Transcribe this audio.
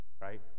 right